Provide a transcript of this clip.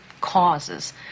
causes